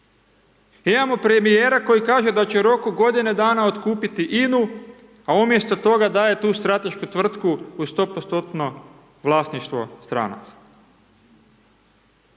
Imamo premijera koji kaže da će u roku godine dana otkupiti INA-u, a umjesto toga daje tu stratešku tvrtku u 100% vlasništvo stranaca.